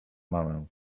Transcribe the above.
mamę